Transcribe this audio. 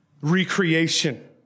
recreation